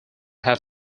have